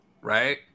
Right